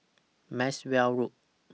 Maxwell Road